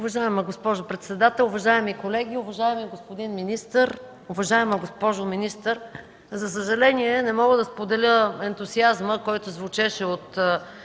Уважаема госпожо председател, уважаеми колеги, уважаеми господин министър! Уважаема госпожо министър, за съжаление, не мога да споделя ентусиазма, който звучеше от